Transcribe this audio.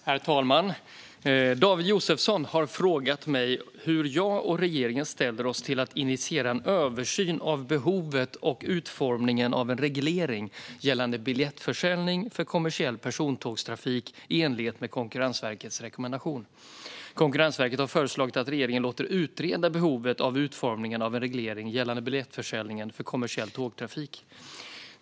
Herr talman! David Josefsson har frågat mig hur jag och regeringen ställer oss till att initiera en översyn av behovet och utformningen av en reglering gällande biljettförsäljning för kommersiell persontågstrafik i enlighet med Konkurrensverkets rekommendation. Konkurrensverket har föreslagit att regeringen låter utreda behovet och utformningen av en reglering gällande biljettförsäljning för kommersiell tågtrafik.